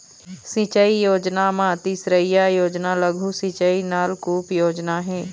सिंचई योजना म तीसरइया योजना लघु सिंचई नलकुप योजना हे